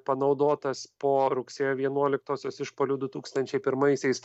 panaudotas po rugsėjo vienuoliktosios išpuolių du tūkstančiai pirmaisiais